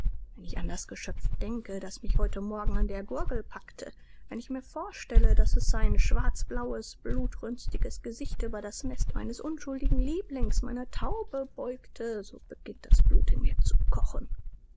wenn ich an das geschöpf denke das mich heute morgen an der gurgel packte wenn ich mir vorstelle daß es sein schwarzblaues blutrünstiges gesicht über das nest meines unschuldigen lieblings meiner taube beugte so beginnt das blut in mir zu kochen